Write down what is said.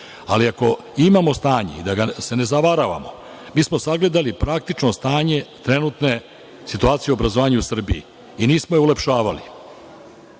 Ali ako imamo stanje, da se ne zavaravamo, mi smo sagledali praktično stanje trenutne situacije u obrazovanju u Srbiji i nismo je ulepšavali.